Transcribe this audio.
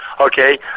Okay